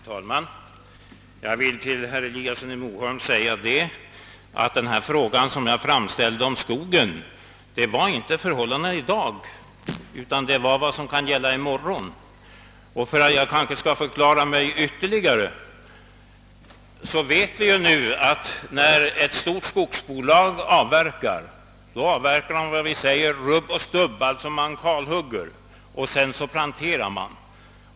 Herr talman! Jag vill till herr Eliasson i Moholm säga att den fråga som jag framställde om skogen inte avsåg förhållandena i dag utan vad som kan gälla i morgon. Jag kanske skall förklara mig ytterligare. Vi vet att när ett stort skogsbolag avverkar, tar man rubb och stubb, d.v.s. man kalhugger, och sedan planterar man.